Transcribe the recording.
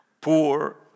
poor